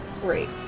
great